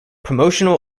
promotional